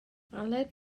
aled